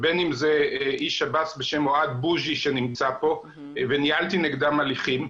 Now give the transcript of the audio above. ובין אם זה איש שב"ס בשם אוהד בוזי שנמצא פה וניהלתי נגדם הליכים,